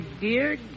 dear